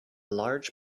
large